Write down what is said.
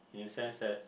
in the sense that